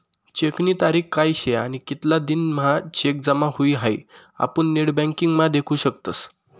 चेकनी तारीख काय शे आणि कितला दिन म्हां चेक जमा हुई हाई आपुन नेटबँकिंग म्हा देखु शकतस